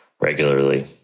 regularly